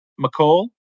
McCall